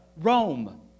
Rome